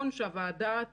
משהו השפיע, היה משהו.